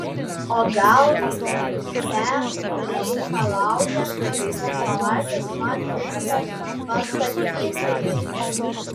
o gal pem reikalauja kad po savaitės man viską pasakytumei